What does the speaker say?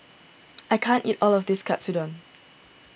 I can't eat all of this Katsudon